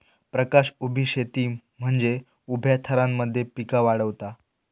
प्रकाश उभी शेती म्हनजे उभ्या थरांमध्ये पिका वाढवता